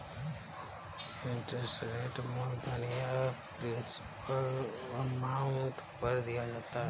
interest rate मूलधन या principal amount पर दिया जाता है